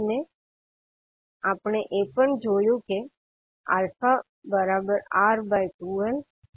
અને આપણે એ પણ જોયુ કે R2L 01LC